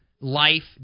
life